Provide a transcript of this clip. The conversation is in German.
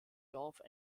dorf